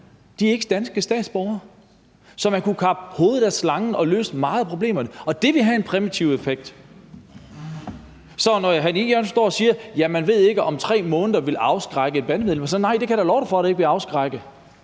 de er ikke danske statsborgere. Så man kunne kappe hovedet af slangen og løse mange af problemerne, og det ville have en præventiv effekt. Så når hr. Jan E. Jørgensen står og siger, at man ikke ved, om 3 måneder ville afskrække bandemedlemmer, vil jeg sige, at nej, det kan jeg love for ikke vil afskrække,